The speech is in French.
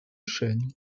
chêne